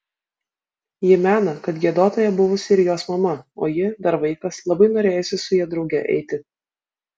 ji mena kad giedotoja buvusi ir jos mama o ji dar vaikas labai norėjusi su ja drauge eiti